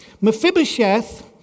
Mephibosheth